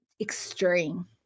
extreme